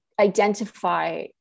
identify